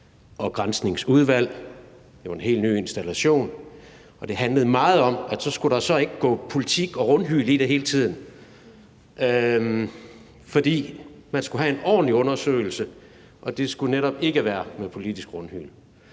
her Granskningsudvalg nedsat. Det var en helt ny installation, og det handlede meget om, at der så ikke skulle gå politik og rundhyl i det hele tiden, for man skulle have en ordentlig undersøgelse, og der skulle netop ikke være noget politisk rundhyl.